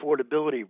affordability